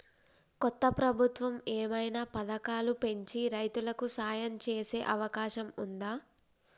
కొత్త ప్రభుత్వం ఏమైనా పథకాలు పెంచి రైతులకు సాయం చేసే అవకాశం ఉందా?